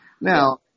Now